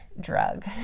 drug